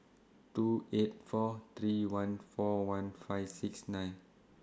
two eight four three one four one five six nine